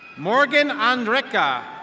morgan andrecka.